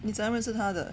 你怎样认识他的